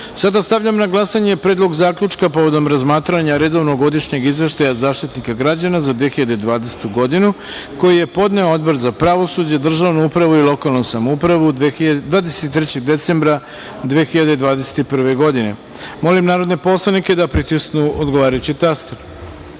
stavljam na glasanje Predlog zaključka povodom razmatranja Redovnog godišnjeg izveštaja Zaštitnika građana za 2020. godinu, koji je podneo Odbor za pravosuđe, državnu upravu i lokalnu samoupravu 23. decembra 2021. godine. Molim narodne poslanike da pritisnu odgovarajući